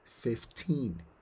fifteen